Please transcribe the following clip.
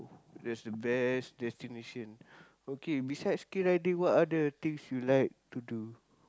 that's the best destination okay besides skii riding what other things you like to do